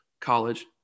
college